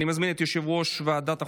ותיכנס לספר